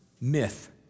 myth